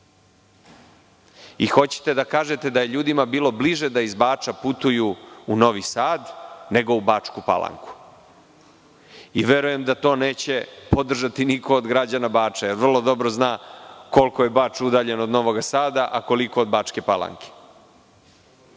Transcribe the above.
Hoćete da kažete da je ljudima bilo bliže da iz Bača putuju u Novi Sad nego u Bačku Palanku? Verujem da to neće podržati niko od građana Bača jer vrlo dobro zna koliko je Bač udaljen od Novog Sada, a koliko od Bačke Palanke.